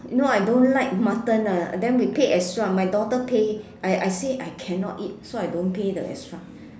you know I don't like mutton ah then we pay extra my daughter pay I I say I cannot eat so I don't pay the extra